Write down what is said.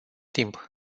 timp